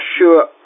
sure